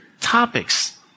topics